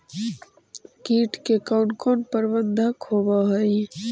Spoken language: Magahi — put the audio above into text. किट के कोन कोन प्रबंधक होब हइ?